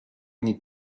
need